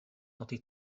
nodi